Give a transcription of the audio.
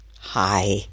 hi